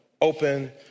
open